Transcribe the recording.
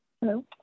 Hello